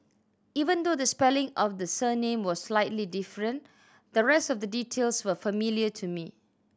even though the spelling of the surname was slightly different the rest of the details were familiar to me